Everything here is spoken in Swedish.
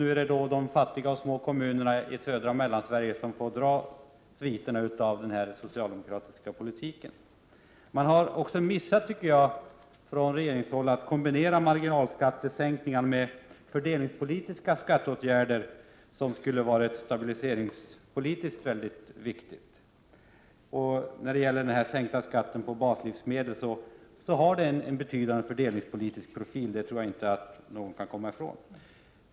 Nu är det de fattiga och små kommunerna i Sydoch Mellansverige som får dras med sviterna av denna socialdemokratiska politik. Man har också från regeringens håll missat att kombinera marginalskattesänkningar med fördelningspolitiska skatteåtgärder, vilket skulle ha varit stabiliseringspolitiskt mycket viktigt. En sänkning av skatten på baslivsmedel har en betydande fördelningspolitisk profil. Det tror jag inte att någon komma ifrån.